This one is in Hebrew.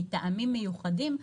מטעמים מיוחדים,